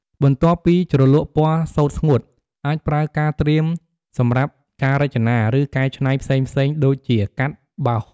បន្ទាប់ពីជ្រលក់ពណ៌សូត្រស្ងួត អាចប្រើការត្រៀមសម្រាប់ការរចនា ឬកែច្នៃផ្សេងៗដូចជាកាត់ បោស។